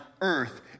earth